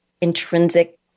intrinsic